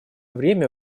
время